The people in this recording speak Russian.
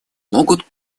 могут